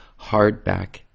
hardback